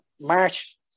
March